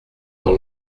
dans